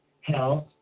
health